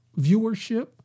viewership